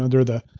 ah they're the.